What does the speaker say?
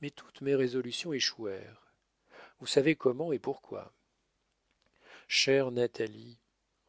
mais toutes mes résolutions échouèrent vous savez comment et pourquoi chère natalie